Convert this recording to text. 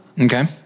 Okay